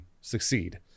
succeed